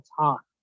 talk